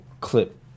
clip